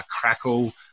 crackle